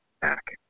back